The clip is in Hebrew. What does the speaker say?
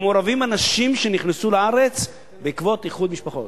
מעורבים אנשים שנכנסו לארץ בעקבות איחוד משפחות.